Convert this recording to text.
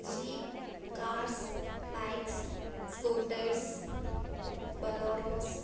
jeep cars bikes scooters Boleros